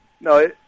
no